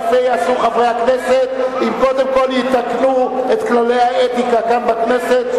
יפה יעשו חברי הכנסת אם קודם כול יתקנו את כללי האתיקה גם בכנסת.